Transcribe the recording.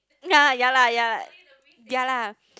yea ya lah ya lah ya lah